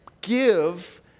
give